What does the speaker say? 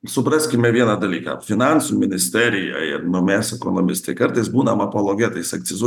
supraskime vieną dalyką finansų ministerija ir nu mes ekonomistai kartais būnam apologetais akcizų